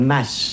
Mass